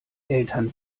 eltern